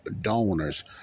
donors